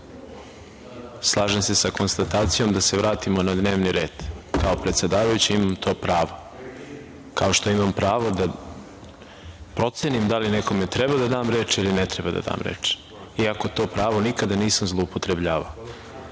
Srbije. Slažem se sa konstatacijom da se vratimo na dnevni red. Kao predsedavajući imam to pravo. Kao što imam pravo da procenim da li nekome treba da dam reč ili ne trebam da dam reč, iako to pravo nikada nisam zloupotrebljavao. Vi